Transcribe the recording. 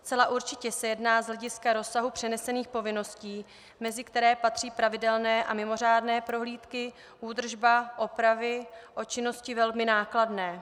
Zcela určitě se jedná z hlediska rozsahu přenesených povinností, mezi které patří pravidelné a mimořádné prohlídky, údržba, opravy, o činnosti velmi nákladné.